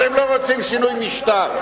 אתם לא רוצים שינוי משטר.